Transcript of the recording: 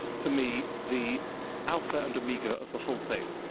for me, the alpha and omega of the whole thing.